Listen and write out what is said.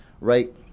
right